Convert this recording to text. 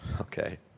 okay